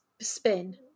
spin